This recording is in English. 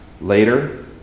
Later